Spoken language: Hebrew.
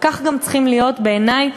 וכך גם צריכים להיות, בעיני,